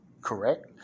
Correct